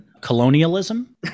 colonialism